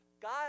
God